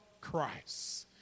Christ